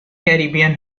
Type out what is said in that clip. caribbean